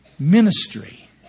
ministry